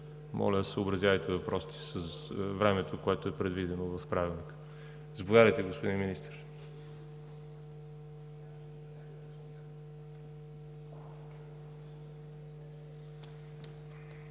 моля, съобразявайте въпросите си с времето, което е предвидено в Правилника. Заповядайте, господин Министър.